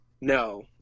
No